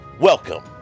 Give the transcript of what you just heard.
Welcome